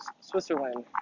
Switzerland